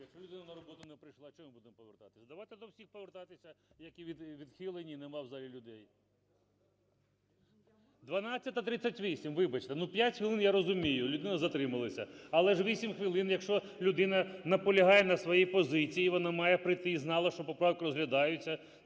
Якщо людина на роботу не прийшла, чого ми будемо повертатися? Давайте до всіх повертатися, які відхилені і немає в залі людей. 12:38, вибачте, ну, 5 хвилин, я розумію, людина затрималася. Але ж 8 хвилин, якщо людина наполягає на своїй позиції, вона має прийти і знає, що поправка розглядається.